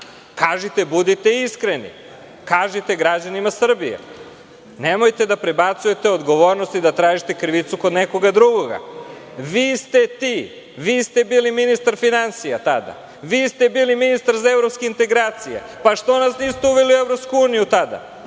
Kažite, budite iskreni. Kažite građanima Srbije. Nemojte da prebacujete odgovornost i da tražite krivicu kod nekoga drugoga. Vi ste ti, vi ste bili ministar finansija tada. Vi ste bili ministar za evropske integracije, pa što nas niste uveli u EU tada?